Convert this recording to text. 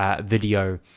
video